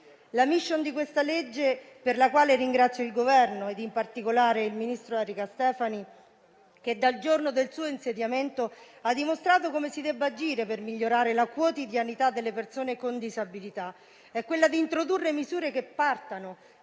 La *mission* del provvedimento, per il quale ringrazio il Governo e, in particolare, il ministro Erika Stefani, che dal giorno del suo insediamento ha dimostrato come si debba agire per migliorare la quotidianità delle persone con disabilità, è quella di introdurre misure che partano